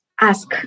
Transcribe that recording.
ask